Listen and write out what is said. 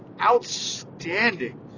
outstanding